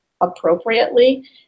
appropriately